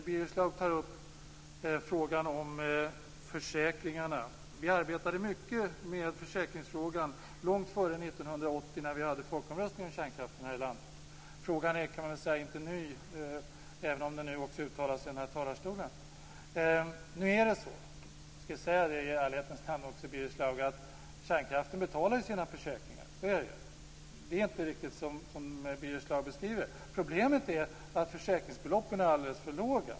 Han tar upp frågan om försäkringarna. Vi arbetade mycket med försäkringsfrågan långt före 1980 när vi hade folkomröstningen om kärnkraften i det här landet. Frågan är inte ny, även om det nu uttalas från talarstolen. I ärlighetens namn skall jag säga, Birger Schlaug, att kärnkraften betalar sina försäkringar. Det är inte riktigt som Birger Schlaug beskriver. Problemet är att försäkringsbeloppen är alldeles för låga.